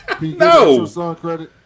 No